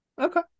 Okay